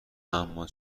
اما